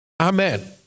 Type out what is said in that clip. Amen